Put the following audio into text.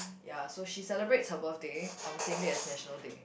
ya so she celebrates her birthday on the same day as National Day